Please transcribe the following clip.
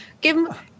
give